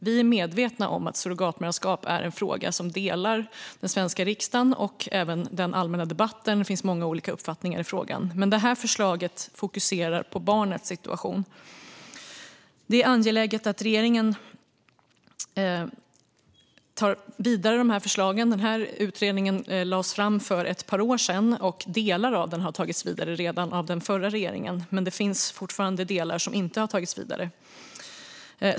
Vi är medvetna om att surrogatmoderskap är en fråga som delar den svenska riksdagen och att det finns många olika uppfattningar även i den allmänna debatten. De här förslagen fokuserar dock på barnets situation. Det är angeläget att regeringen tar förslagen vidare. Utredningen lades fram för ett par år sedan, och delar av den har redan tagits vidare av den förra regeringen. Det finns dock fortfarande delar som inte har tagits vidare.